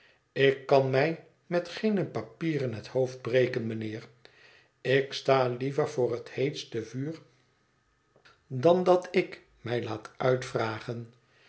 ik kan mij met geene papieren het hoofd breken mijnheer ik sta liever voor het heetste vuur dan dat ik mij laat uitvragen